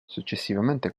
successivamente